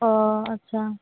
ᱚ ᱟᱪᱪᱷᱟ